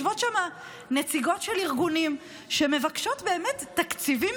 יושבות שם נציגות של ארגונים שמבקשות תקציבים